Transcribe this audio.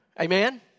Amen